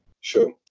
Sure